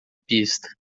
pista